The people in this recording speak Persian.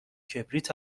کبریت